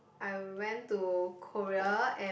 I went to Korea and